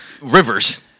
rivers